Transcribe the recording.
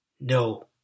No